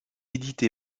édité